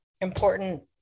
important